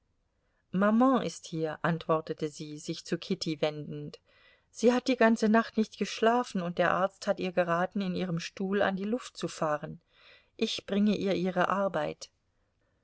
maman ist hier antwortete sie sich zu kitty wendend sie hat die ganze nacht nicht geschlafen und der arzt hat ihr geraten in ihrem stuhl an die luft zu fahren ich bringe ihr ihre arbeit